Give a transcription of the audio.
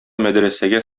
мәдрәсәгә